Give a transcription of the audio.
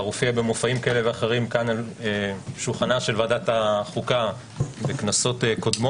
הופיע במופעים כאלה ואחרים על שולחנה של ועדת החוקה בכנסות קודמות.